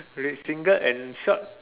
with singlet and shorts